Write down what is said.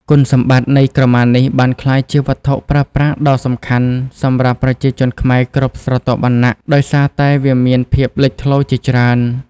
គុណសម្បត្តិនៃក្រមានេះបានក្លាយជាវត្ថុប្រើប្រាស់ដ៏សំខាន់សម្រាប់ប្រជាជនខ្មែរគ្រប់ស្រទាប់វណ្ណៈ ដោយសារតែវាមានភាពលេចធ្លោជាច្រើន។